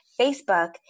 Facebook